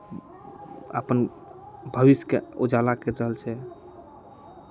अपन भविष्यके उजाला करि रहल छै